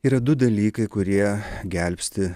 yra du dalykai kurie gelbsti